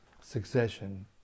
succession